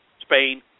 Spain